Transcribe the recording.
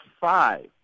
five